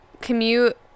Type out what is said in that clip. commute